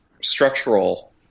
structural